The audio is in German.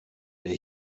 der